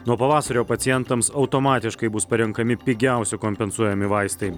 nuo pavasario pacientams automatiškai bus parenkami pigiausi kompensuojami vaistai